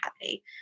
happy